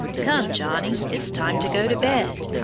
come, johnnie, it's time to go to bed.